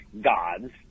gods